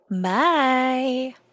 Bye